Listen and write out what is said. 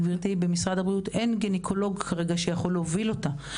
במשרד הבריאות אין כרגע גניקולוג שיכול להוביל אותה.